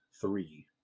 three